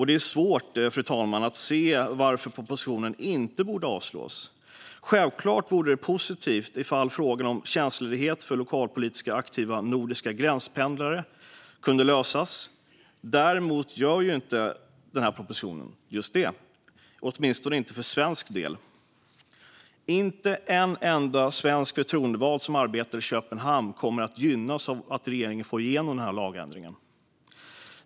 Det är svårt att se varför propositionen inte borde avslås, fru talman. Självklart vore det positivt om frågan om tjänstledighet för lokalpolitiskt aktiva nordiska gränspendlare kunde lösas, men den här propositionen gör ju inte det - åtminstone inte för svensk del. Inte en enda svensk förtroendevald som arbetar i Köpenhamn kommer att gynnas av att regeringen får igenom den här lagändringen.